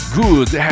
good